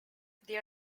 they